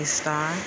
star